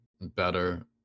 better